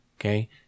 okay